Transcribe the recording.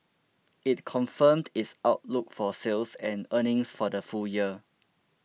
it confirmed its outlook for sales and earnings for the full year